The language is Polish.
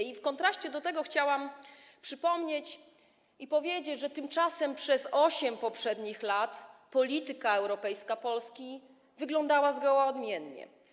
I w kontraście do tego chciałabym przypomnieć i powiedzieć, że przez 8 poprzednich lat polityka europejska Polski wyglądała zgoła odmiennie.